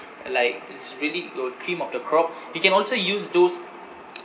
uh like it's really your cream of the crop you can also use those